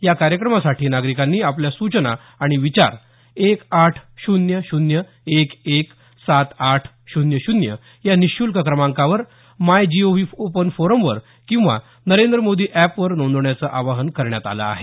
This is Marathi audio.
या कार्यक्रमासाठी नागरिकांनी आपल्या सूचना आणि विचार एक आठ शून्य शून्य एक एक सात आठ शून्य शून्य या निशूल्क क्रमांकावर माय जीओव्ही ओपन फोरमवर किंवा नरेंद्र मोदी अॅप वर नोंदवण्याचं आवाहन केलं आहे